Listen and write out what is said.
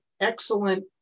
excellent